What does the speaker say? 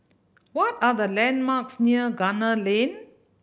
what are the landmarks near Gunner Lane